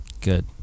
Good